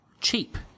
cheap